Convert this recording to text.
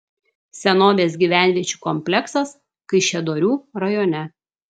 senovės gyvenviečių kompleksas kaišiadorių rajone